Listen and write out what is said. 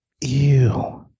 Ew